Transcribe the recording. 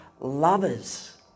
lovers